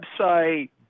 website